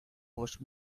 vos